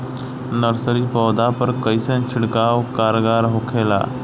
Nursery पौधा पर कइसन छिड़काव कारगर होखेला?